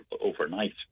overnight